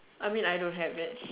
I mean I don't have that